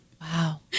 Wow